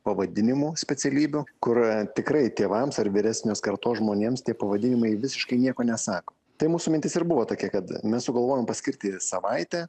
pavadinimų specialybių kur tikrai tėvams ar vyresnės kartos žmonėms tie pavadinimai visiškai nieko nesako tai mūsų mintis ir buvo tokia kad mes sugalvojom paskirti savaitę